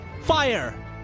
fire